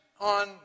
on